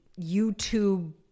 YouTube